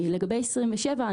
לגבי סעיף 27,